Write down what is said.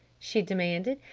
she demanded.